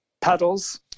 pedals